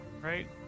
right